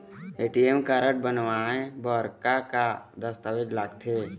ATM card बनवाए बर का का दस्तावेज लगथे?